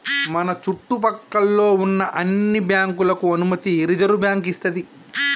మన చుట్టు పక్కల్లో ఉన్న అన్ని బ్యాంకులకు అనుమతి రిజర్వుబ్యాంకు ఇస్తది